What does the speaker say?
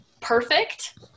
perfect